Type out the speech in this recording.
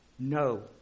No